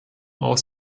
aus